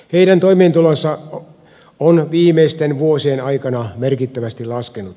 heidän toimeentulonsa on viimeisten vuosien aikana merkittävästi laskenut